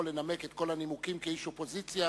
לנמק את כל הנימוקים כאיש אופוזיציה,